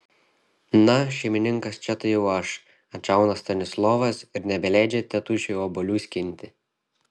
na šeimininkas čia tai jau aš atšauna stanislovas ir nebeleidžia tėtušiui obuolių skinti